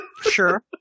Sure